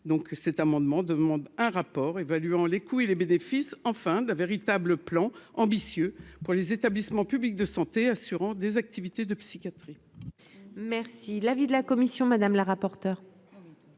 cet amendement demande un rapport évaluant les coûts et les bénéfices enfin d'un véritable plan ambitieux pour les établissements publics de santé assurant des activités de psychiatre. Merci l'avis de la commission madame la rapporteure.